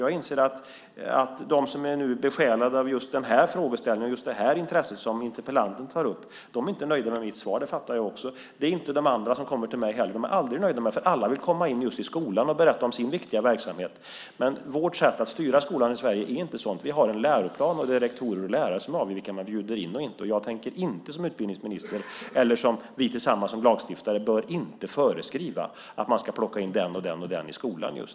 Jag inser att de som nu är besjälade av just den här frågeställningen och just det här intresset som interpellanten tar upp inte är nöjda med mitt svar. Det fattar jag också. Det är inte de andra som kommer till mig heller. De är aldrig nöjda med det, för alla vill komma in i skolan och berätta om sin viktiga verksamhet. Men vårt sätt att styra skolan i Sverige är inte sådant. Vi har en läroplan, och det är rektorer och lärare som avgör vilka man bjuder in och inte. Jag som utbildningsminister eller vi som lagstiftare bör inte föreskriva att man ska plocka in den och den i skolan.